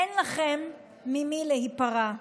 אין לכם ממי להיפרע.